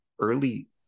early